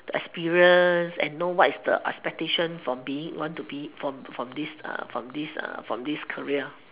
to experience and know what's the expectation for being what want to be from this from this from this career